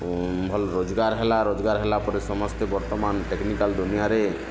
ଭଲ୍ ରୋଜଗାର ହେଲା ରୋଜଗାର ହୋଲା ପରେ ସମସ୍ତେ ବର୍ତ୍ତମାନ ଟେକ୍ନିକାଲ ଦୁନିଆରେ